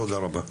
תודה רבה.